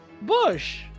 Bush